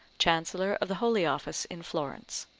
chancellor of the holy office in florence.